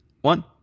One